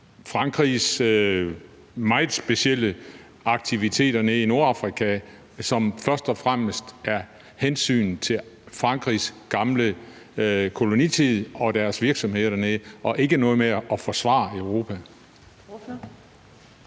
Frankrigs meget specielle aktiviteter i Nordafrika, som først og fremmest tager hensyn til Frankrigs gamle kolonitid og deres virksomheder dernede og ikke til noget med at forsvare Europa.